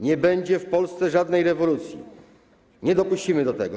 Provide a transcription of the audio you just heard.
Nie będzie w Polsce żadnej rewolucji, nie dopuścimy do tego.